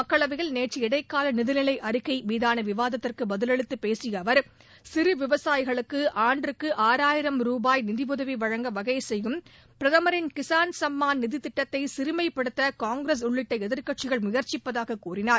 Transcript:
மக்களவையில் நேற்று இடைக்கால நிதிநிலை அறிக்கை மீதான விவாதத்திற்கு பதிலளித்து பேசிய அவர் சிறு விவசாயிகளுக்கு ஆண்டுக்கு ஆறாயிரம் ரூபாய் நிதியுதவி வழங்க வகைசெய்யும் பிரதமரின் கிசான் சம்மான் நிதித் திட்டத்தை சிறுமைப்படுத்த காங்கிரஸ் உள்ளிட்ட எதிர்க்கட்சிகள் முயற்சிப்பதாக கூறினார்